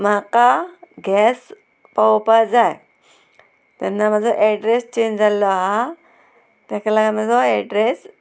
म्हाका गॅस पावोवपा जाय तेन्ना म्हाजो एड्रेस चेंज जाल्लो आहा तेका लागोन म्हाजो एड्रेस